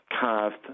carved